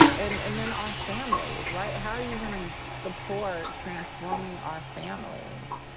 and and then our families, right? how are you gonna support transforming our families,